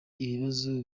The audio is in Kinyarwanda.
ibibazo